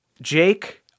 Jake